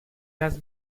has